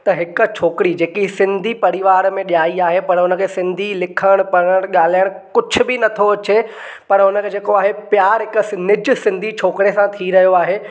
त हिक छोकिरी जेकी सिंधी परिवार मे ॼाई आहे पर हुनखे सिंधी लिखणु पढ़णु ॻाल्हाइणु कुझु बि नथो अचे पर हुनखे जेको आहे प्यारु हिकु निजु सिंधी छोकिरे सां थी रहियो आहे